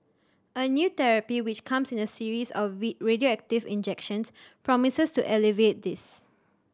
a new therapy which comes in a series of radioactive injections promises to alleviate this